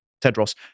Tedros